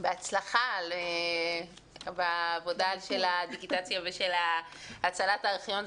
בהצלחה בעבודה של הדיגיטציה ושל הצלת הארכיון,